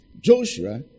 Joshua